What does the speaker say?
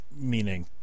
meaning